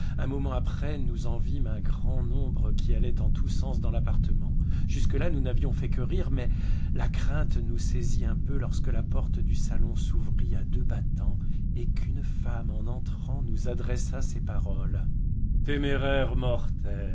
un moment après nous en vîmes un grand nombre qui allaient en tous sens dans l'appartement jusque là nous n'avions fait que rire mais la crainte nous saisit un peu lorsque la porte du salon s'ouvrit à deux battans et qu'une femme en entrant nous adressa ces paroles téméraires mortels